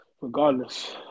Regardless